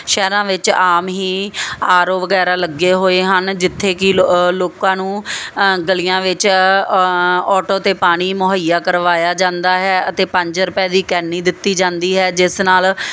ਸ਼ਹਿਰਾਂ ਵਿੱਚ ਆਮ ਹੀ ਆਰਓ ਵਗੈਰਾ ਲੱਗੇ ਹੋਏ ਹਨ ਜਿੱਥੇ ਕਿ ਲੋਕਾਂ ਨੂੰ ਗਲੀਆਂ ਵਿੱਚ ਆਟੋ ਤੇ ਪਾਣੀ ਮੁਹਈਆ ਕਰਵਾਇਆ ਜਾਂਦਾ ਹੈ ਅਤੇ ਪੰਜ ਰੁਪਏ ਦੀ ਕੈਨੀ ਦਿੱਤੀ ਜਾਂਦੀ ਹੈ ਜਿਸ ਨਾਲ